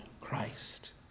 Christ